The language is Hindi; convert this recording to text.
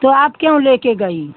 तो आप क्यों लेकर गई